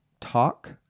talk